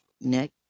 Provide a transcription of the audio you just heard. Nick